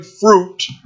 fruit